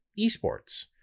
esports